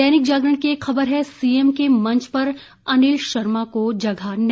दैनिक जागरण की एक खबर है सीएम के मंच पर अनिल को जगह नहीं